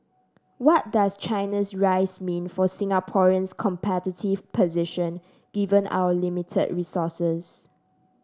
what does China's rise mean for Singapore's competitive position given our limited resources